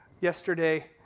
yesterday